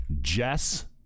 Jess